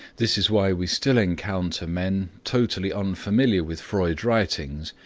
this is why we still encounter men, totally unfamiliar with freud's writings,